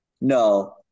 No